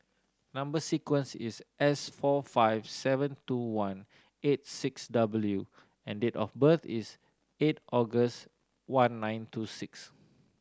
number sequence is S four five seven two one eight six W and date of birth is eight August one nine two six